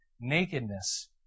nakedness